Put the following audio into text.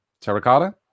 terracotta